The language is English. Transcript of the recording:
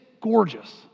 gorgeous